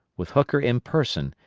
with hooker in person,